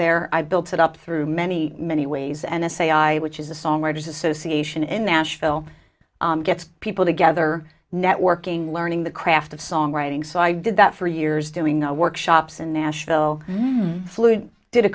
there i built it up through many many ways and sai which is a songwriters association in nashville gets people together networking learning the craft of songwriting so i did that for years doing workshops in nashville fluid did a